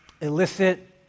illicit